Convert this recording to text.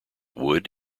would